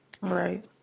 Right